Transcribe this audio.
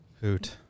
Hoot